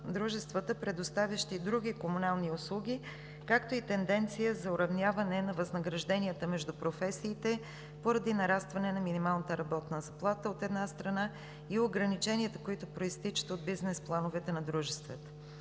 предоставящи други комунални услуги, както и тенденция за уравняване на възнагражденията между професиите поради нарастване на минималната работна заплата, от една страна, и ограниченията, които произтичат от бизнес плановете на дружествата.